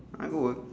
I go work